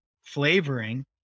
flavoring